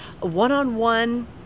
one-on-one